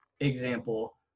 example